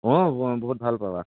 অঁ ব বহুত ভাল পাবা